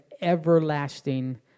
everlasting